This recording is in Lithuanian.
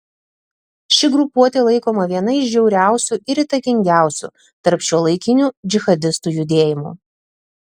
ši grupuotė laikoma viena iš žiauriausių ir įtakingiausių tarp šiuolaikinių džihadistų judėjimų